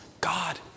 God